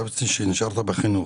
חשבתי שנשארת בחינוך.